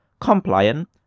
compliant